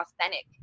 authentic